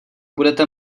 budete